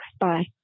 bye